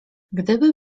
gdyby